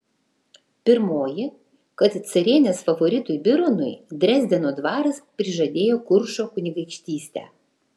pirmoji kad carienės favoritui bironui dresdeno dvaras prižadėjo kuršo kunigaikštystę